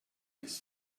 his